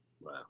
Wow